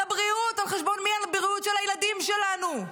על הבריאות, על חשבון הבריאות של הילדים שלנו,